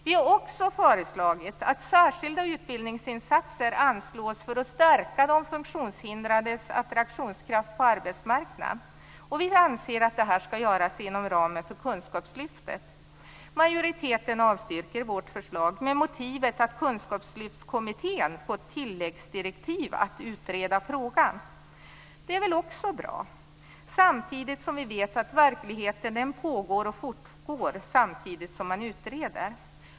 Vi har också föreslagit att särskilda utbildningsinsatser anslås för att stärka de funktionshindrades attraktionskraft på arbetsmarknaden. Vi anser att detta skall göras inom ramen för kunskapslyftet. Majoriteten avstyrker vårt förslag med motivet att Kunskapslyftskommittén har fått tilläggsdirektiv att utreda frågan. Det är också bra. Samtidigt vet vi att livet i verkligheten pågår och fortgår under tiden som man utreder.